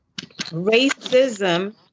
racism